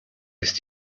ist